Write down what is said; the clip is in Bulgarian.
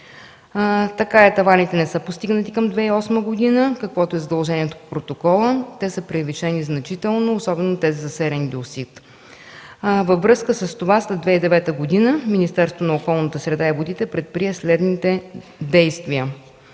Таваните не са постигнати към 2008 г., каквото е задължението в протокола. Те са превишени значително, особено тези за серен диоксид. Във връзка с това от 2009 г. Министерството на околната среда и водите предприе следните действия.